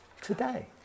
today